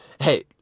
hey